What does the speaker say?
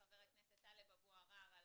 תודה רבה חבר הכנסת טלב אבו עראר על